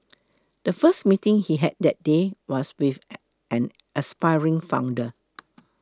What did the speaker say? the first meeting he had that day was with an aspiring founder